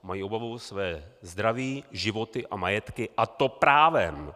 Mají obavu o své zdraví, životy a majetky, a to právem!